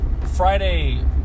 Friday